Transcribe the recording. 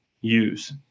use